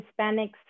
Hispanics